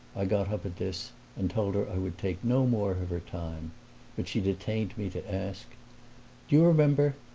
i got up at this and told her i would take no more of her time but she detained me to ask, do you remember,